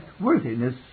worthiness